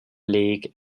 league